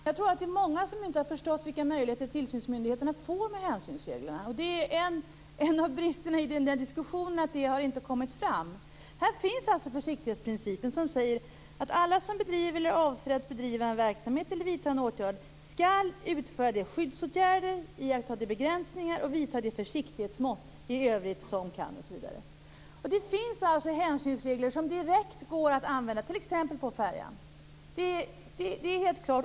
Fru talman! Jag tror att det är många som inte har förstått vilka möjligheter som tillsynsmyndigheterna får i och med hänsynsreglerna. En av bristerna i den diskussionen är just att det inte har kommit fram. Här finns alltså försiktighetsprincipen som säger att alla som bedriver eller avser att bedriva en verksamhet eller vidta en åtgärd skall utföra de skyddsåtgärder, iaktta de begränsningar och vidta de försiktighetsmått i övrigt som kan osv. Det finns alltså hänsynsregler som det direkt går att använda, t.ex. när det gäller färjor. Detta är helt klart.